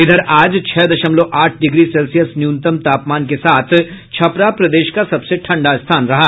इधर आज छह दशमलव आठ डिग्री सेल्सियस न्यूनतम तापमान के साथ छपरा प्रदेश का सबसे ठंडा स्थान रहा